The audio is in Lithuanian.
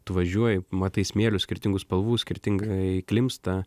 tu važiuoji matai smėlių skirtingų spalvų skirtingai klimpsta